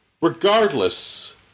regardless